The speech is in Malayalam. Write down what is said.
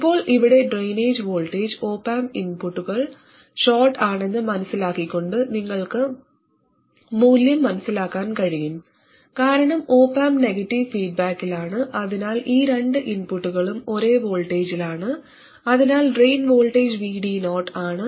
ഇപ്പോൾ ഇവിടെ ഡ്രെയിനേജ് വോൾട്ടേജ് ഒപ് ആമ്പ് ഇൻപുട്ടുകൾ ഷോർട് ആണെന്ന് മനസിലാക്കിക്കൊണ്ട് നിങ്ങൾക്ക് മൂല്യം മനസിലാക്കാൻ കഴിയും കാരണം ഒപ് ആമ്പ് നെഗറ്റീവ് ഫീഡ്ബാക്കിലാണ് അതിനാൽ ഈ രണ്ട് ഇൻപുട്ടുകളും ഒരേ വോൾട്ടേജിലാണ് അതിനാൽ ഡ്രെയിൻ വോൾട്ടേജ് VD0 ആണ്